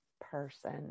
person